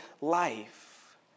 life